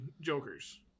jokers